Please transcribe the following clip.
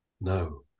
no